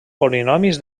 polinomis